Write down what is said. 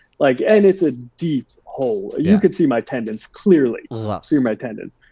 like and it's a deep hole. you can see my tendons, clearly like see my tendons.